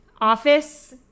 Office